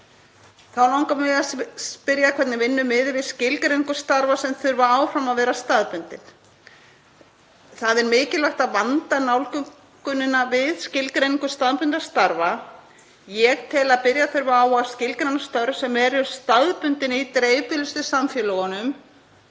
Þá langar mig að spyrja hvernig vinnu miði við skilgreiningu starfa sem þurfa áfram að vera staðbundin. Það er mikilvægt að vanda nálgunina við skilgreiningu staðbundinna starfa. Ég tel að byrja þurfi á að skilgreina störf sem eru staðbundin í dreifbýlustu samfélögunum